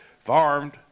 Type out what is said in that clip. farmed